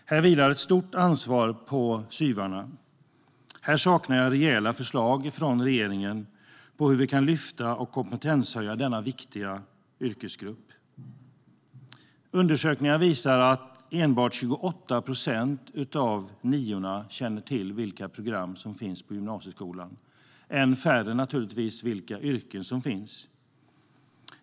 Här vilar ett stort ansvar på SYV:arna, och jag saknar rejäla förslag från regeringen på hur vi kan lyfta och kompetenshöja denna viktiga yrkesgrupp. Undersökningar visar att enbart 28 procent av niorna känner till vilka program som finns på gymnasieskolan. Naturligtvis vet ännu färre vilka yrken som finns.